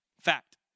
Fact